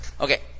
Okay